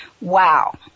wow